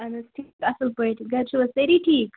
اہن حظ ٹھیٖک اصٕل پٲٹھۍ گَرِچھِو حظ سٲری ٹھیٖک